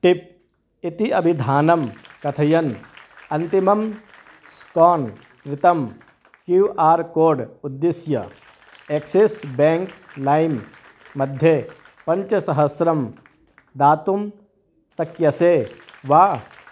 tip इति अभिधानं कथयन् अन्तिमं स्कान् कृतं क्यू आर् कोड् उद्दिश्य अक्सिस् ब्याङ्क् लैम् मध्ये पञ्चसहस्रं दातुं शक्यसे वा